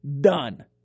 done